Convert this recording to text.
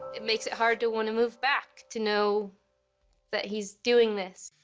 it makes it hard to wanna move back, to know that he's doing this.